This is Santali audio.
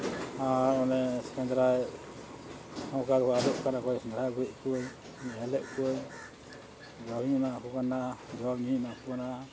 ᱟᱨ ᱚᱱᱮ ᱥᱮᱸᱫᱽᱨᱟ ᱚᱱᱠᱟ ᱜᱮᱠᱚ ᱟᱫᱚᱜ ᱠᱟᱱᱟ ᱠᱚ ᱥᱮᱸᱫᱽᱨᱟ ᱟᱹᱜᱩᱭᱮᱫ ᱠᱩᱭᱟᱹᱧ ᱧᱮᱞᱮᱫ ᱠᱚᱣᱟ ᱡᱚᱢᱤᱧ ᱮᱢᱟ ᱦᱟᱠᱚ ᱠᱟᱱᱟ ᱡᱚᱢ ᱧᱩᱧ ᱮᱢᱟ ᱠᱚ ᱠᱟᱱᱟ